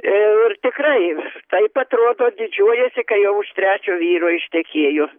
ir tikrai taip atrodo didžiuojasi kai jau už trečio vyro ištekėjo